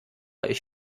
ich